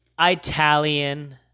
Italian